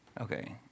Okay